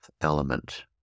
element